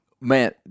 Man